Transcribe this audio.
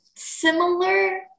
similar